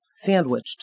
sandwiched